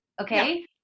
okay